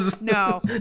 no